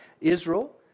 Israel